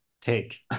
take